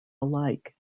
alike